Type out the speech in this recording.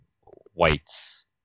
whites